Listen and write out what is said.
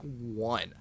one